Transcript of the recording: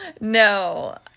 no